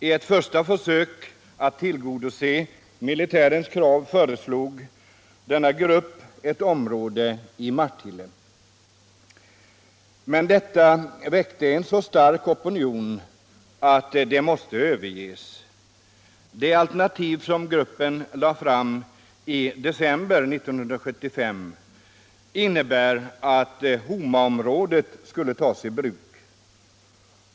I ett första försök att tillgodose militärens på Gotland krav föreslog gruppen ett område i Martille, men det förslaget väckte så stark opinion att det måste överges. Det alternativ som gruppen lade fram i december 1975 innebär att Homaområdet skulle tas i bruk.